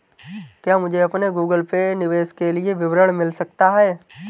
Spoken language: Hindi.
क्या मुझे अपने गूगल पे निवेश के लिए विवरण मिल सकता है?